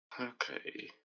okay